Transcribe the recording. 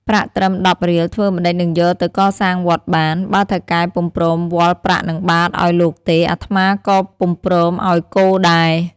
ប្រាក់ត្រឹម ១០ រៀលធ្វើម្ដេចនឹងយកទៅកសាងវត្តបាន? បើថៅកែពុំព្រមវាល់ប្រាក់នឹងបាត្រឲ្យលោកទេ អាត្មាក៏ពុំព្រមឲ្យគោដែរ។